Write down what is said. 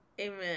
amen